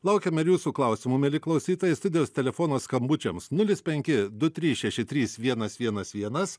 laukiame ir jūsų klausimų mieli klausytojai studijos telefonas skambučiams nulis penki du trys šeši trys vienas vienas vienas